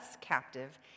captive